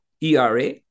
ERA